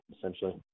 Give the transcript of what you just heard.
essentially